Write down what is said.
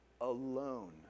alone